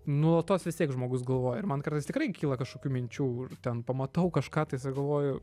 nuolatos vis tiek žmogus galvoji ir man kartais tikrai kyla kašokių minčių ir ten pamatau kažką tais ir galvoju